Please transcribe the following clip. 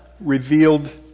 revealed